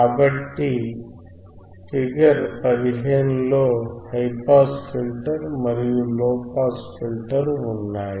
కాబట్టి ఫిగర్ 15 లో high pass filter మరియు లోపాస్ ఫిల్టర్ ఉన్నాయి